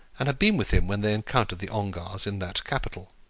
and had been with him when they encountered the ongars in that capital.